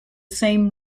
same